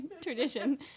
tradition